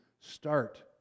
start